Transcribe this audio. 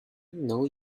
know